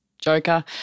Joker